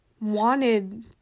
wanted